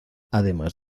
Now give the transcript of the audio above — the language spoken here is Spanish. además